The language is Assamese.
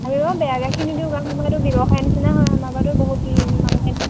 আইঐ বেয়া গাখীৰ নিদিওঁ কাৰণ মোৰ সেইটো ব্যৱসায় নিচিনা হয় আমাৰ ঘৰতো বহুত মানুহে